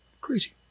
Crazy